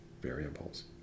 variables